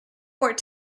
court